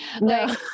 No